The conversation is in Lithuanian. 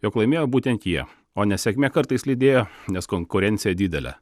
jog laimėjo būtent jie o nesėkmė kartais lydėjo nes konkurencija didelė